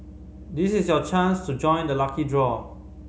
this is your chance to join the lucky draw